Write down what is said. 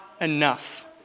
enough